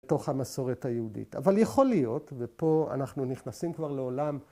‫בתוך המסורת היהודית. ‫אבל יכול להיות, ‫ופה אנחנו נכנסים כבר לעולם.